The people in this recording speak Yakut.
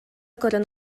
көрөн